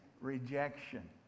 rejection